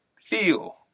feel